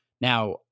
Now